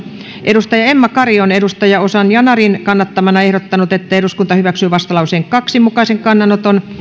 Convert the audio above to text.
emma kari on ozan yanarin kannattamana ehdottanut että eduskunta hyväksyy vastalauseen kahden mukaisen kannanoton